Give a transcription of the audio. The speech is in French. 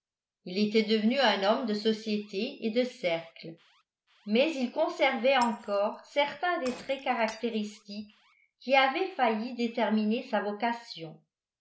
il était devenu un homme de société et de cercles mais il conservait encore certains des traits caractéristiques qui avaient failli déterminer sa vocation